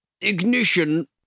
ignition